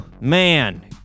Man